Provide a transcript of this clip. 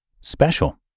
Special